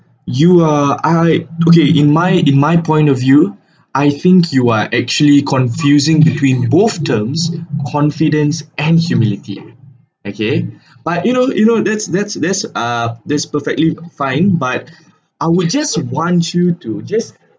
you are I okay in my in my point of view I think you are actually confusing between both terms confidence and humility okay but you know you know that's that's that's ah that's perfectly fine but I'll we just want you to just